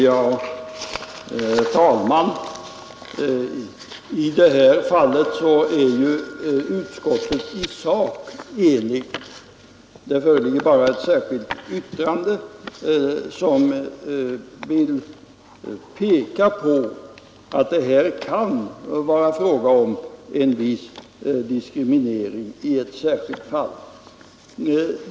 Herr talman! I det här fallet är ju utskottet i sak enigt. Det föreligger bara ett särskilt yttrande, där man vill peka på att det kan vara fråga om en viss diskriminering i ett särskilt fall.